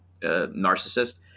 narcissist